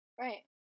right